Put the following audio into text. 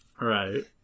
Right